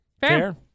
Fair